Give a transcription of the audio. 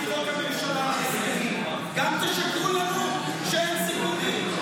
--- הממשלה --- גם תשקרו לנו שאין סיכומים?